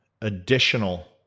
additional